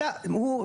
אלא הוא,